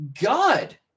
God